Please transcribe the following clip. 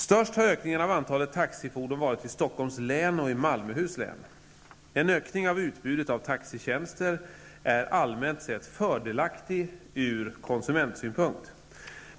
Störst har ökningen av antalet taxifordon varit i Stockholms län och i Malmöhus län. En ökning av utbudet av taxitjänster är allmänt sett fördelaktig ur konsumentsynpunkt.